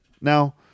now